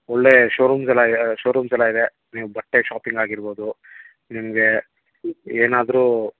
ಒಳ್ಳೆಯ show rooms ಎಲ್ಲ ಇದೆ ಶೋ ರೂಮ್ಸ್ ಎಲ್ಲ ಇದೆ ನೀವು ಬಟ್ಟೆ ಶಾಪಿಂಗ್ ಆಗಿರ್ಬೋದು ನಿಮಗೆ ಏನಾದರೂ